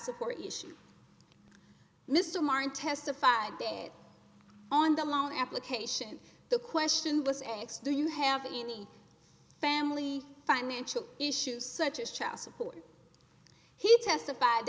support issue mr martin testified dead on the loan application the question was an ex do you have any family financial issues such as child support he testified